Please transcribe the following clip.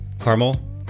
caramel